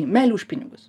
meilė už pinigus